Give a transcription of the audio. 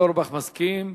אורי אורבך מסכים?